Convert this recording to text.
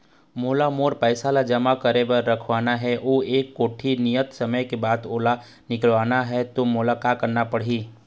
मोला मोर पैसा ला जमा करके रखवाना हे अऊ एक कोठी नियत समय के बाद ओला निकलवा हु ता मोला का करना पड़ही?